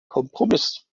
kompromiss